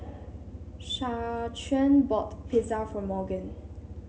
Shaquan bought Pizza for Morgan